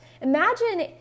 Imagine